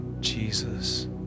Jesus